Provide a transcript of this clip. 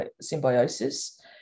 symbiosis